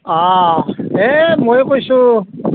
অঁ এই মই কৈছো